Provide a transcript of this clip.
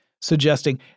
suggesting